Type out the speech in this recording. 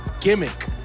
gimmick